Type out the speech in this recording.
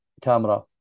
camera